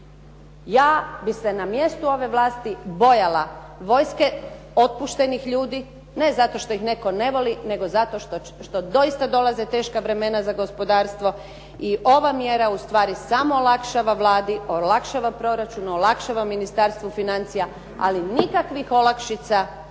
Ja bih se na mjestu ove vlasti bojala vojske otpuštenih ljudi, ne zato što ih netko ne voli nego zato što doista dolaze teška vremena za gospodarstvo i ova mjera ustvari samo olakšava Vladi, olakšava proračun, olakšava Ministarstvu financija ali nikakvih olakšica za